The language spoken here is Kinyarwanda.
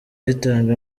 ritanga